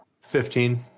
Fifteen